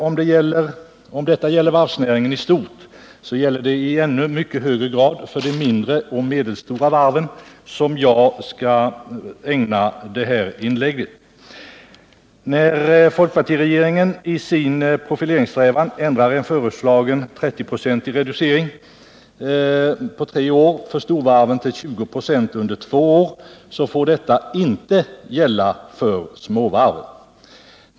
Om detta gäller varvsnäringen i stort så gäller det i ännu mycket högre grad för de mindre och medelstora varv som jag skall ägna detta inlägg. När folkpartiregeringen i sin profileringssträvan ändrade en föreslagen 30 procentig reducering på tre år för storvarven till 20 96 under två år, så får detta inte gälla småvarven.